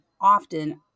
often